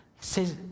says